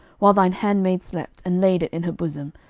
while thine handmaid slept, and laid it in her bosom,